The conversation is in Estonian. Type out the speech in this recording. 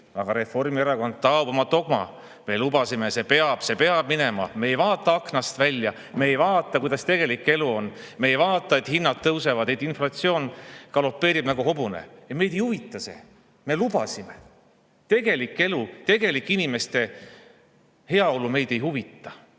aga Reformierakond taob oma dogmat: me lubasime, see peab, see peab minema! Me ei vaata aknast välja, me ei vaata, milline tegelik elu on, me ei [näe], et hinnad tõusevad, et inflatsioon galopeerib nagu hobune. Ja meid ei huvitagi see. Me lubasime! Tegelik elu, tegelik inimeste heaolu meid ei huvita.